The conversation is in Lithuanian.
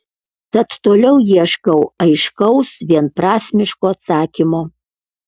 tad toliau ieškau aiškaus vienprasmiško atsakymo